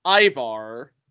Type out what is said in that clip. Ivar